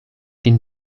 den